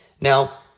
Now